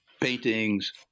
Paintings